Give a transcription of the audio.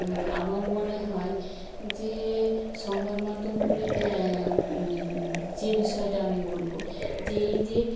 আমার মনে হয় যে সংবাদমাধ্যগুলিতে যে বিষয়টা আমি বলবো যে এই যে